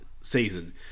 season